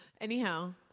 Anyhow